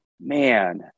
man